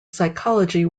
psychology